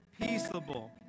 peaceable